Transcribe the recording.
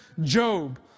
Job